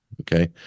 okay